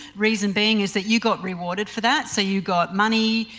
reason being is that you got rewarded for that so you got money,